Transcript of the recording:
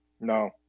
No